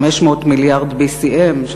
BCM500,